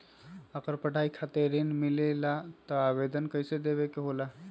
अगर पढ़ाई खातीर ऋण मिले ला त आवेदन कईसे देवे के होला?